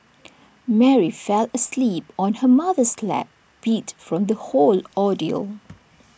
Mary fell asleep on her mother's lap beat from the whole ordeal